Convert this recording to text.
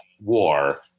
war